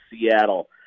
Seattle